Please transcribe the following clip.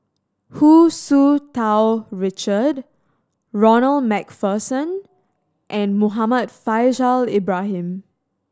Hu Tsu Tau Richard Ronald Macpherson and Muhammad Faishal Ibrahim